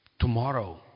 tomorrow